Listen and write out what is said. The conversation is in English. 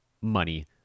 money